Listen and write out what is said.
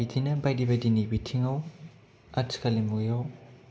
बिदिनो बायदि बायदिनि बिथिङाव आथिखालनि मुवायाव